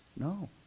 no